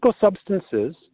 substances